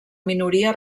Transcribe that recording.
minoria